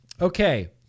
Okay